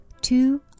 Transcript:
Two